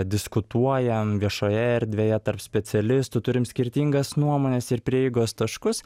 diskutuojam viešoje erdvėje tarp specialistų turim skirtingas nuomones ir prieigos taškus